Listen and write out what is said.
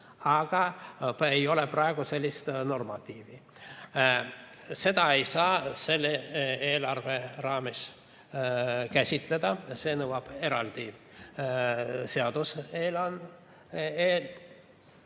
praegu ei ole sellist normatiivi. Seda ei saa selle eelarve raames käsitleda, see nõuab eraldi seadust ja